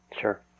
Sure